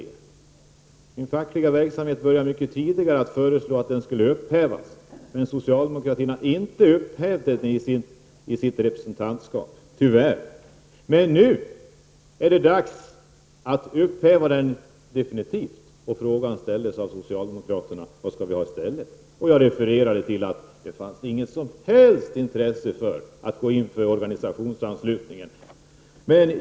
Det var mycket tidigare i min fackliga verksamhet som jag första gången föreslog att kollektivanslutningen skulle upphävas. Men representantskapet, där socialdemokraterna haft majoritet, har inte upphävt den, tyvärr. Nu är det dags att upphäva den definitivt, och frågan ställdes av socialdemokraterna vad som skall komma i stället. Jag refererade att det finns inget som helst intresse för att gå in för organisationsanslutning.